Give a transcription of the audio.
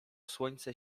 słońce